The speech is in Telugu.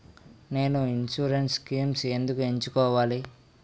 నేను ఇన్సురెన్స్ స్కీమ్స్ ఎందుకు ఎంచుకోవాలి?